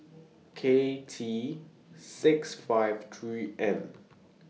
K T six five three N